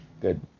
good